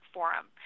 Forum